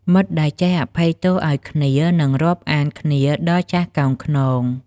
មិត្តដែលចេះអភ័យទោសឱ្យគ្នា នឹងរាប់អានគ្នាដល់ចាស់កោងខ្នង។